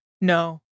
No